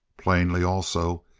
plainly, also,